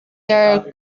der